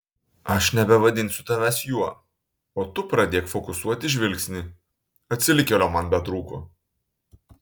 aš nebevadinsiu tavęs juo o tu pradėk fokusuoti žvilgsnį atsilikėlio man betrūko